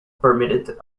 permitted